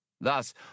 Thus